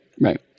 right